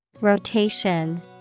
Rotation